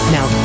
Now